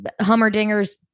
Hummerdinger's